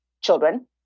children